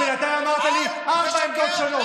כי בינתיים אמרת לי ארבע עמדות שונות.